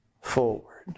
forward